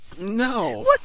No